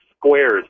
Squares